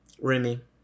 Remy